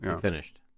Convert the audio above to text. finished